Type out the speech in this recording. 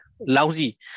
lousy